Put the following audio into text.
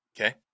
Okay